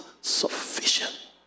sufficient